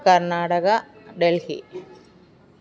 Karnataka Delhi